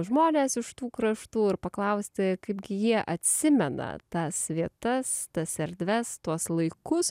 žmones iš tų kraštų ir paklausti kaipgi jie atsimena tas vietas tas erdves tuos laikus